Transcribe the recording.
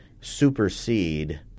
supersede